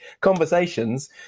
conversations